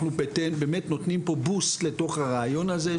אנחנו באמת נותנים פה דחיפה לתוך הרעיון הזה,